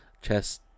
chess